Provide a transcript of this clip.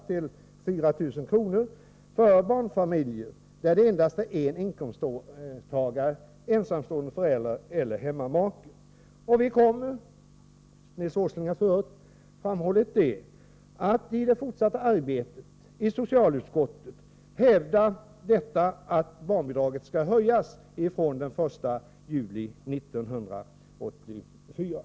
till 4 000 kr. för barnfamiljer där det finns endast en inkomsttagare, ensamstående förälder eller hemmamake. I det fortsatta arbetet i socialutskottet kommer vi, Nils Åsling har tidigare framhållit det, att hävda att barnbidraget skall höjas, fr.o.m. den 1 juli 1984.